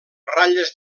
ratlles